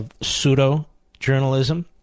pseudo-journalism